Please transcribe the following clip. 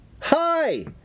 Hi